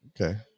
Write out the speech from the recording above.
Okay